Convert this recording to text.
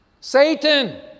Satan